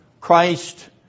Christ